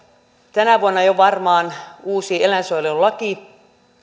tänä vuonna jo varmaan uusi eläinsuojelulaki